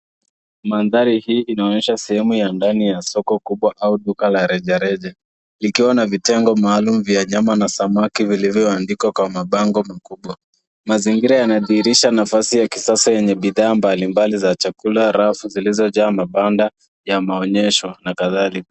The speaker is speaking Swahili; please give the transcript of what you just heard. Mandhari hii inaonyesha sehemu ya ndani ya soko kubwa au duka la rejareja likiwa na vitengo maalum vya nyama na samaki. Mazingira yanadhihirisha nafasi ya kisasa yenye bidhaa mbali mbali za chakula, rafu zilizojaa mabanda ya maonyesho na kadhalika.